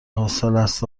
حوصلست